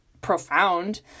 profound